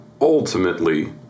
ultimately